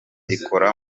ikora